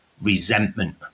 resentment